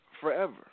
forever